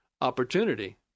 opportunity